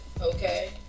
Okay